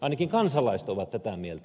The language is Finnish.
ainakin kansalaiset ovat tätä mieltä